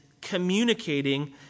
communicating